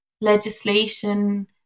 legislation